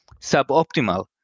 suboptimal